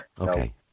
Okay